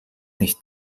nicht